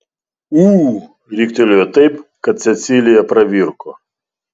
ū riktelėjo taip kad cecilija pravirko